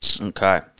Okay